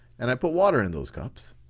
and i put water in those cups.